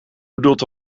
bedoelt